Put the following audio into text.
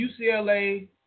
UCLA